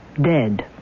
Dead